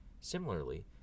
Similarly